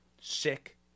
Sick